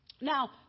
Now